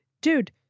dude